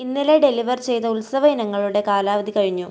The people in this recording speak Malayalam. ഇന്നലെ ഡെലിവർ ചെയ്ത ഉത്സവ ഇനങ്ങളുടെ കാലാവധി കഴിഞ്ഞു